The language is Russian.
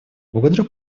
благодарю